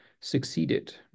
succeeded